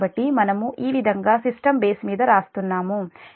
కాబట్టి మనము ఈ విధంగా సిస్టమ్ బేస్ మీద వ్రాస్తున్నాము HsystemΠf d2dt2 Pi -Pe p